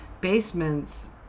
basements